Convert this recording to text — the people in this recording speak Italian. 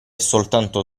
soltanto